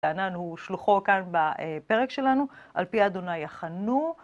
טענן הוא שלוחו כאן בפרק שלנו, על פי אדוני יחנו.